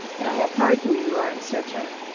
and i have heard who you are in search of.